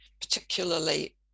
particularly